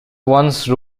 once